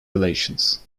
relations